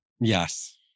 Yes